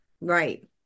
Right